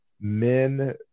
men